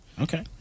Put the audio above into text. Okay